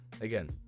again